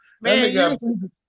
Man